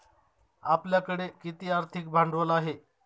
आपल्याकडे किती आर्थिक भांडवल आहे?